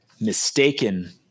mistaken